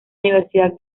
universidad